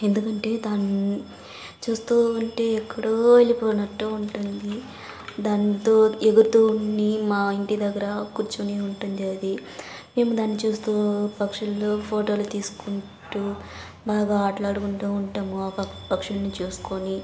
ఎందుకంటే దాన్ని చూస్తు ఉంటే ఎక్కడో వెళ్ళిపోయినట్టు ఉంటుంది దాంతో ఎగుగుతు వుండి మా ఇంటి దగ్గర కూర్చుని ఉంటుంది అది మేము దాన్ని చూస్తు పక్షులు ఫోటోలు తీసుకుంటు బాగా ఆట్లాడుకుంటు ఉంటాము ఆ ప పక్షులని చూసుకొని